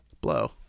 blow